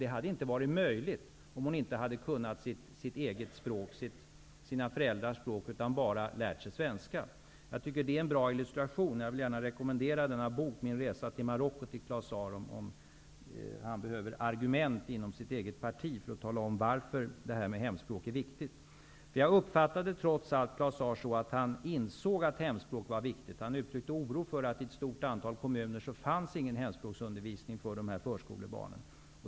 Det hade inte vara möjligt om hon inte hade kunnat sina föräldrars språk utan bara lärt sig svenska. Jag tycker att det är en bra illustration, och jag vill gärna rekommendera Claus Zaar att läsa denna bok om han behöver argument inom sitt eget parti när det gäller att tala om varför det här med hemspråk är viktigt. Trots allt uppfattade jag Claus Zaar så, att han insåg att hemspråk var viktigt. Han uttryckte oro för att det i ett stort antal kommuner inte fanns någon hemspråksundervisning för de här föreskolebarnen.